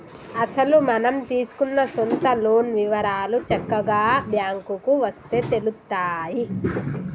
అసలు మనం తీసుకున్న సొంత లోన్ వివరాలు చక్కగా బ్యాంకుకు వస్తే తెలుత్తాయి